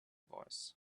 voice